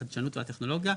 החדשנות והטכנולוגיה,